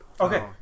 Okay